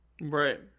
Right